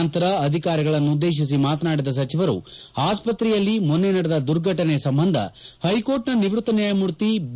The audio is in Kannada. ನಂತರ ಅಧಿಕಾರಿಗಳನ್ನುದ್ದೇಶಿಸಿ ಮಾತನಾಡಿದ ಸಚಿವರು ಆಸ್ವತ್ರೆಯಲ್ಲಿ ಮೊನ್ನೆ ನಡೆದ ದುರ್ಘಟನೆ ಸಂಬಂಧ ಹೈಕೋರ್ಟ್ನ ನಿವೃತ್ತ ನ್ಯಾಯಮೂರ್ತಿ ಬಿ